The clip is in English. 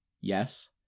yes